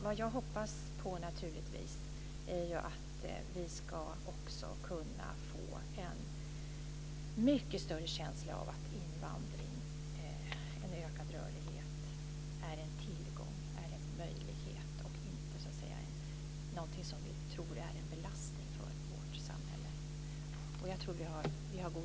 Vad jag hoppas på är att vi ska kunna få en mycket större känsla av att invandring, en ökad rörlighet är en tillgång, en möjlighet och inte något som vi tror är en belastning för vårt samhälle. Vi har goda förutsättningar.